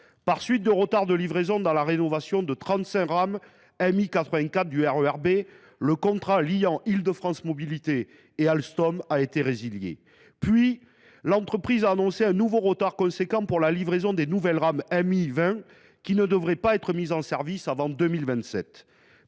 Par suite de retards de livraison dans la rénovation de trente et une rames MI 84 du RER B, le contrat liant Île de France Mobilités et Alstom a été résilié. Ensuite, l’entreprise a annoncé un retard substantiel pour la livraison des nouvelles rames MI 20, qui ne devraient pas être mises en service avant 2027.